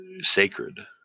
sacred